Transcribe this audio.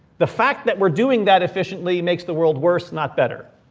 the fact that we're doing that efficiently makes the world worse, not better.